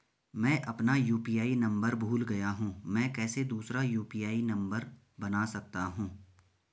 मैं अपना UPI number भूल गया हूँ मैं कैसे दूसरा यु.पी.आई नम्बर बना सकता हूँ?